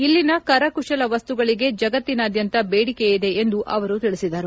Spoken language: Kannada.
ಇಲ್ಲಿನ ಕರಕುಶಲ ವಸ್ತುಗಳಿಗೆ ಜಗತ್ತಿನಾದ್ಯಂತ ಬೇಡಿಕೆಯಿದೆ ಎಂದು ಅವರು ತಿಳಿಸಿದ್ದಾರೆ